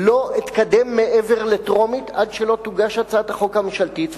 לא אתקדם מעבר לטרומית עד שתוגש הצעת החוק הממשלתית,